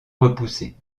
repoussés